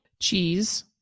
Cheese